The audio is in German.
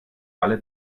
alle